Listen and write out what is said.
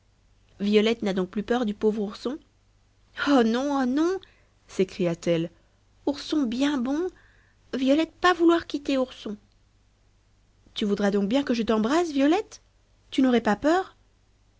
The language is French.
violette n'a donc plus peur du pauvre ourson oh non oh non s'écria-t-elle ourson bien bon violette pas vouloir quitter ourson tu voudras donc bien que je t'embrasse violette tu n'aurais pas peur